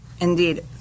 Indeed